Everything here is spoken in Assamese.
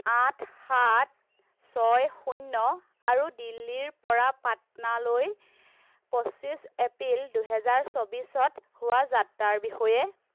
আঠ সাত ছয় শূন্য আৰু দিল্লীৰপৰা পাটনালৈ পঁচিছ এপ্ৰিল দুহেজাৰ চৌবিছত হোৱা যাত্ৰাৰ বিষয়ে